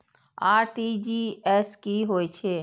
RTGS की होय छै